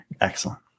Excellent